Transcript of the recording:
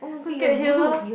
to get here